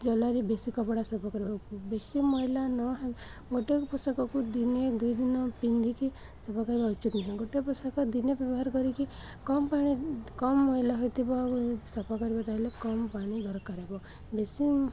ଜଳରେ ବେଶୀ କପଡ଼ା ସଫା କରିବା ବେଶୀ ମଇଳା ଗୋଟେ ପୋଷାକକୁ ଦିନେ ଦୁଇ ଦିନ ପିନ୍ଧିକି ସଫା କରିବା ଉଚିତ୍ ନୁହେଁ ଗୋଟେ ପୋଷାକ ଦିନେ ବ୍ୟବହାର କରିକି କମ୍ ପାଣି କମ ମଇଳା ହୋଇଥିବ ଆଉ ସଫା କରିବା ତାହଲେ କମ ପାଣି ଦରକାର ହେବ ବେଶୀ